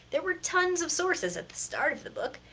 there were tons of sources at the start of the book?